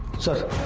sir,